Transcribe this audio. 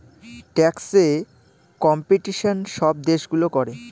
ট্যাক্সে কম্পিটিশন সব দেশগুলো করে